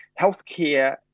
healthcare